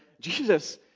Jesus